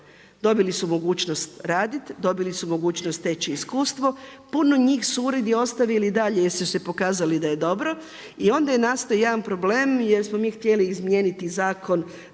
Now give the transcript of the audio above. Dobili su mogućnost raditi, dobili su mogućnost steći iskustvo. Puno njih su uredi ostavili i dalje jer su se pokazali da je dobro i onda je nastao jedan problem jer smo mi htjeli izmijeniti zakon